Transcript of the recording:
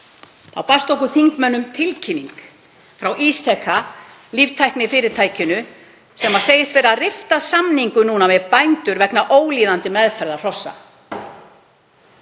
barst okkur þingmönnum tilkynning frá Ísteka, líftæknifyrirtækinu, sem segist vera að rifta samningum við bændur vegna ólíðandi meðferðar hrossa.